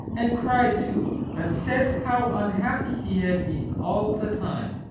and cried too and said how unhappy he had been all the time.